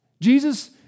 Jesus